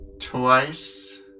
Twice